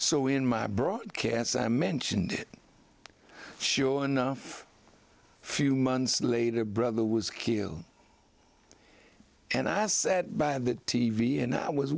so in my broadcasts i mentioned sure enough few months later brother was killed and i asked by the t v and i was